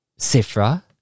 Sifra